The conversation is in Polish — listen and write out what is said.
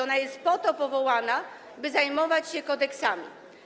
Ona jest po to powołana, by zajmować się kodeksami.